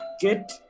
get